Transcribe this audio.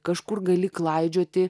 kažkur gali klaidžioti